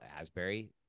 Asbury